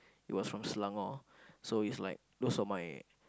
he was from Selangor so is like those were my